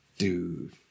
Dude